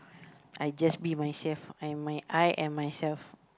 I just be myself my I am myself